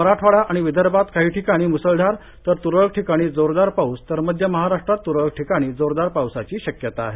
मराठवाडा आणि विदर्भात काही ठिकाणी म्सळधार तर त्रळक ठिकाणी जोरदार पाऊस तर मध्य महाराष्ट्रात त्रळक ठिकाणी जोरदार पावसाची शक्यता आहे